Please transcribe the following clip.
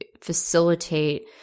facilitate